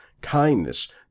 kindness